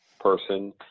person